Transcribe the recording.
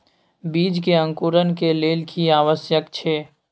बीज के अंकुरण के लेल की आवश्यक छै?